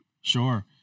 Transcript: Sure